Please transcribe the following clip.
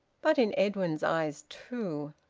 but in edwin's eyes too!